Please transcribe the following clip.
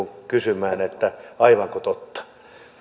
kysymään että aivanko totta